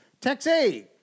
Taxi